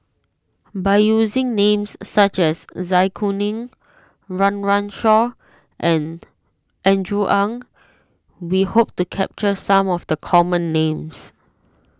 by using names such as Zai Kuning Run Run Shaw and Andrew Ang we hoped capture some of the common names